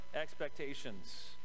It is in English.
expectations